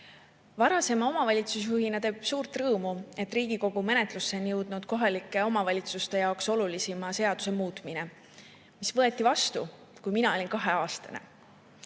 andnud. Varasema omavalitsusjuhina teeb suurt rõõmu, et Riigikogu menetlusse on jõudnud kohalike omavalitsuste jaoks olulisima seaduse muutmine. See seadus võeti vastu, kui mina olin kaheaastane.